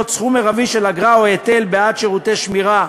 (סכום מרבי של אגרה או היטל בעד שירותי שמירה,